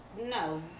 no